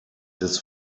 des